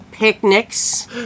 Picnics